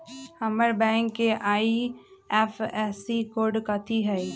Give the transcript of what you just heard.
हमर बैंक के IFSC code कथि हई?